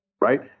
right